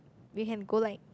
we can go like